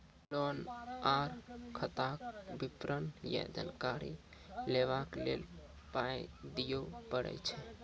Loan आर खाताक विवरण या जानकारी लेबाक लेल पाय दिये पड़ै छै?